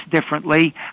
differently